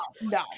no